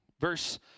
verse